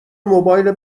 موبایل